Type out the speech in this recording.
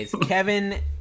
Kevin